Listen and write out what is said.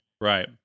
Right